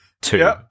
Two